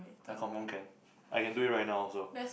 I confirm can I can do it right now also